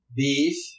beef